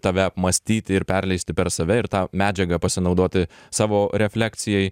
tave apmąstyti ir perleisti per save ir tą medžiagą pasinaudoti savo reflekcijai